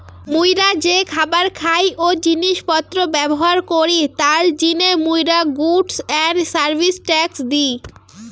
মুইরা যে খাবার খাই ও জিনিস পত্র ব্যবহার করি তার জিনে মুইরা goods and services tax the